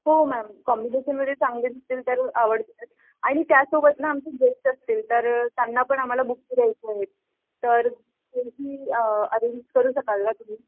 हो मॅम कॉम्बिनेशनमध्ये चांगले दिसतील तर आवडतीलच आणि त्यासोबत ना आमचे गेस्ट असतील तर त्यांना पण आम्हाला बुके द्यायचे आहेत तर तेही अरेंज करू शकाल का तुम्ही